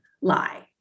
lie